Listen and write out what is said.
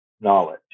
knowledge